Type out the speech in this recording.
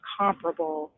comparable